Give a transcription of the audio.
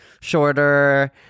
shorter